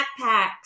backpacks